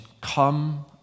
come